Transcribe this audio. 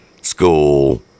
school